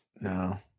No